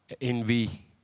Envy